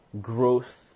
growth